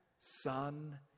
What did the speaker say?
Son